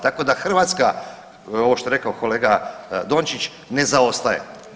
Tako da Hrvatska ovo što je rekao kolega Dončić ne zaostaje.